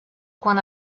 quan